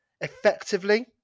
effectively